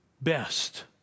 best